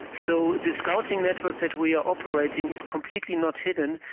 so the scouting network that we are operating is completely not hidden,